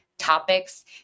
topics